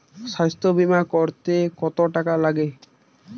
স্বাস্থ্যবীমা করতে কত টাকা লাগে?